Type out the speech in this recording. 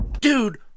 Dude